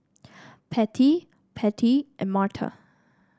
Patty Pete and Marta